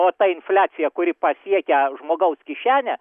o ta infliacija kuri pasiekia žmogaus kišenę